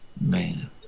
Man